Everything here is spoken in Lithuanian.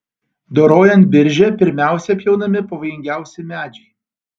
dorojant biržę pirmiausia pjaunami pavojingiausi medžiai